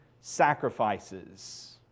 sacrifices